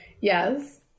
Yes